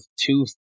two